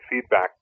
feedback